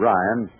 Ryan